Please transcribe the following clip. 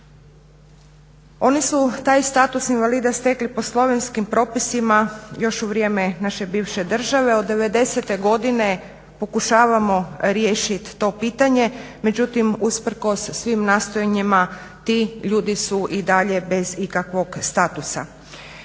Oni su taj status invalida stekli po slovenskim propisima još u vrijeme naše bivše države od 90-te godine pokušavamo riješiti to pitanje, no usprkos svim nastojanjima ti ljudi su i dalje bez ikakvog statusa.